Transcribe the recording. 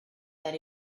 that